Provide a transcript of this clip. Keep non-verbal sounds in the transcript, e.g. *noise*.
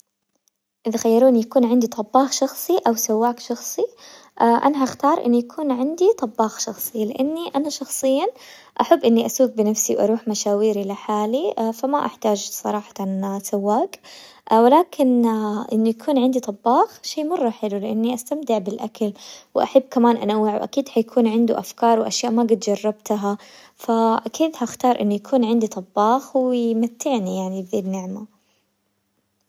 اذا خيروني يكون عندي طباخ شخصي او سواق شخصي، *hesitation* انا هختار ان يكون عندي طباخ شخصي، لاني انا شخصيا احب اني اسوق بنفسي، واروح مشاويري لحالي، فما احتاج صراحة سواق، *hesitation* ولكن *hesitation* انه يكون عندي طباخ شي مرة، لاني استمتع بالاكل، واحب كمان انوعه، واكيد حيكون عنده افكار واشياء ما قد جربتها، فاكيد حختار انه يكون عندي طباخ ومتعني يعني بذي النعمة.